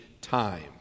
time